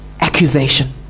accusation